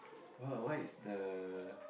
oh what is the